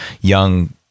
young